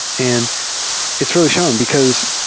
and it's really shown, because